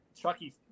Chucky